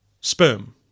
sperm